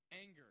Anger